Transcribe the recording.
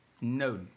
no